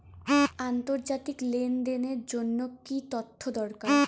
আন্তর্জাতিক লেনদেনের জন্য কি কি তথ্য দরকার?